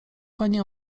pani